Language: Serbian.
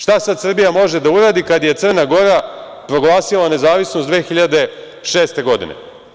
Šta sad Srbija može da uradi kad je Crna Gora proglasila nezavisnost 2006. godine?